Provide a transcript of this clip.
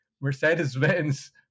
Mercedes-Benz